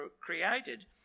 created